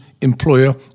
employer